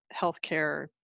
healthcare